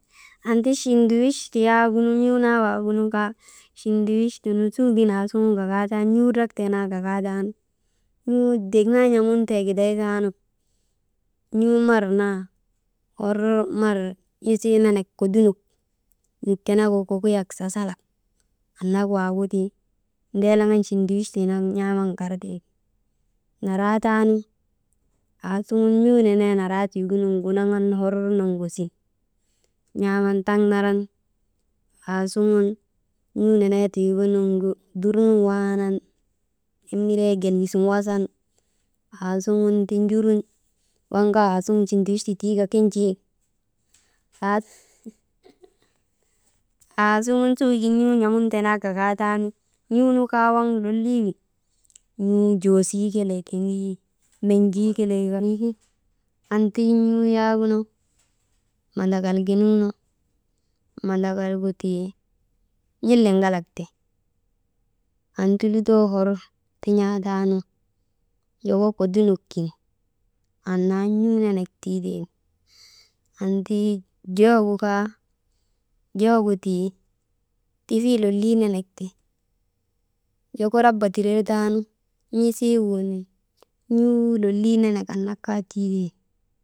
Anti chindiwisti yaagunu n̰uu naa waagunu kaa, chindiwisti nu sugin aasugun gagaatan n̰uu drak tee naa gagaatanu, n̰uu dek naa n̰amuntee gidaytaanu n̰uu mar naa hor mar n̰isii nenek kodunok n̰uk tenegu kukuyak sasalak annak waagu ti ndeeleŋan chindiwisti nak n̰aaman gartee ti, naraa taanu asuŋun n̰uu nenee naraatigunuŋgu naŋan hor noŋosin, n̰aaman taŋ naran aasuŋun n̰uu nenee tiigunuŋgu dur nun waanan, nimiree gelii sun wasan aasuŋun jurun waŋ kaa aasuŋun chindiwisti tii ka kin̰te« hesitation» aasuŋun suugin n̰uu n̰amuntee naa gagaataanu, n̰uu nu kaa waŋ lolii wi n̰uu joosii kelee kindii, menjii kelee, kan, anti n̰uu yaagunu mandakal giniŋnu mandakal gu tii n̰iliŋalak ti anti lutoo hor tin̰aa taanu joko kodunok kin annaa n̰uu nenek tiitee ti. Anti joogu kaa, joogu tii tifii lolii nenek ti joko raba tirer taanu n̰isii wuunin n̰uu lolii nenek annak kaa tii tee ti.